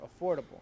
affordable